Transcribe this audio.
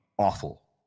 awful